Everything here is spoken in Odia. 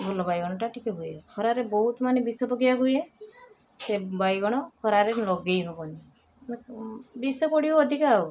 ଭଲ ବାଇଗଣଟା ଟିକେ ହୁଏ ଖରାରେ ବହୁତ ମାନେ ବିଷ ପକାଇବାକୁ ହୁଏ ସେ ବାଇଗଣ ଖରାରେ ଲଗାଇ ହେବନି ବିଷ ପଡ଼ିବ ଅଧିକା ଆଉ